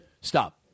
Stop